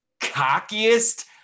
cockiest